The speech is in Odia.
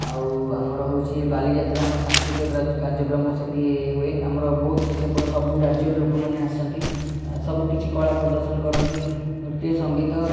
ଆଉ ଆମର ହେଉଛି ବାଲିଯାତ୍ରା ଆମର ସାଂସ୍କୃତିକ କାର୍ଯ୍ୟ କାର୍ଯ୍ୟକ୍ରମ ସେଠି ହୁଏ ଆମର ବହୁତ ସେପଟ ସବୁ ରାଜ୍ୟରୁ ଲୋକମାନେ ଆସନ୍ତି ସବୁ କିଛି କଳା ପ୍ରଦର୍ଶନ କରନ୍ତି ନୃତ୍ୟ ସଂଗୀତ